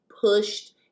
pushed